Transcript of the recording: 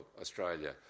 Australia